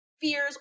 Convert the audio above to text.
fears